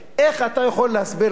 איך אתה יכול להסביר לנו,